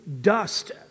dust